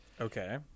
Okay